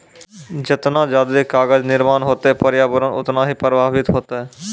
जतना जादे कागज निर्माण होतै प्रर्यावरण उतना ही प्रभाबित होतै